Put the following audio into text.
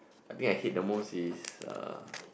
I think I hate the most is uh